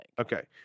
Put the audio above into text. Okay